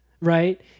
Right